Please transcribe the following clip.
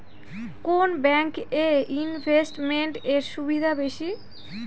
কোন ব্যাংক এ ইনভেস্টমেন্ট এর সুবিধা বেশি?